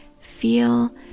feel